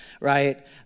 right